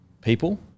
people